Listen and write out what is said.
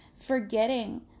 forgetting